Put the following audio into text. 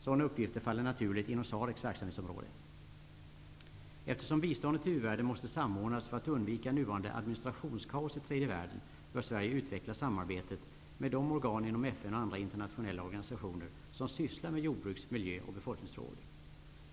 Sådana uppgifter faller naturligt inom SAREC:s verksamhetsområde. Eftersom biståndet till u-världen måste samordnas för att undvika nuvarande administrationskaos i tredje världen, bör Sverige utveckla samarbetet med de organ inom FN och andra internationella organisationer som sysslar med jordbruks-, miljöoch befolkningsfrågor.